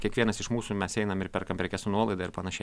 kiekvienas iš mūsų mes einam ir perkam prekes su nuolaida ir panašiai